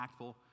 impactful